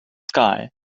sky